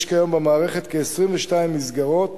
יש כיום במערכת כ-22 מסגרות